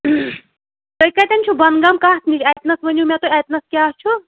تُہۍ کَتیٚن چھُ بۄن گام کَتھ نِش اتنَس ؤنِو مےٚ تُہۍ اتنَس کیٛاہ چھُ